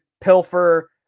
pilfer –